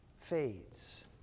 fades